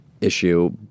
issue